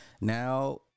Now